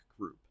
group